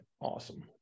awesome